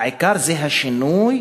העיקר זה השינוי,